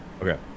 okay